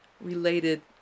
related